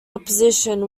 opposition